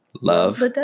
love